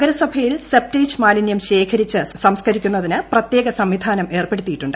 നഗരസഭയിൽ സെപ്റ്റേജ് മാലിന്യം ശേഖരിച്ച് സംസ്ക്കരിക്കുന്നതിന് പ്രത്യേക സംവിധാനം ഏർപ്പെടുത്തിയിട്ടുണ്ട്